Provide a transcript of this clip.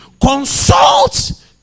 consult